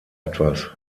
etwas